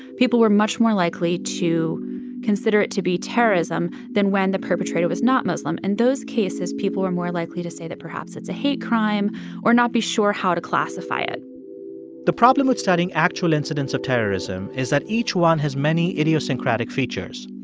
people were much more likely to consider it to be terrorism than when the perpetrator was not muslim. in and those cases, people were more likely to say that perhaps it's a hate crime or not be sure how to classify it the problem with studying actual incidents of terrorism is that each one has many idiosyncratic features.